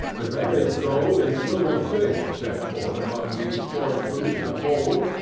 the very gold and silver fish, set forth among these choice fruits in a bowl,